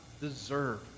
deserve